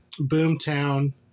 Boomtown